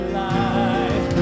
life